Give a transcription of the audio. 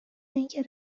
اینکه